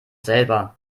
selber